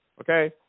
Okay